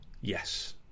Yes